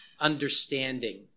Understanding